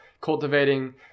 cultivating